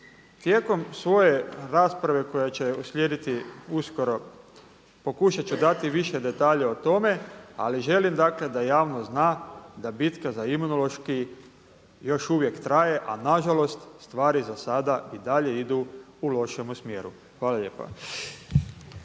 Tijekom svoje rasprave koja će uslijediti uskoro pokušati ću dati više detalja o tome ali želim dakle da javnost zna da bitka za Imunološki još uvijek traje a nažalost stvari za sada i dalje idu u lošemu smjeru. Hvala lijepa.